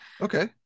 Okay